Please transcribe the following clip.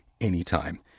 anytime